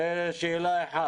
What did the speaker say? ז שאל אחת.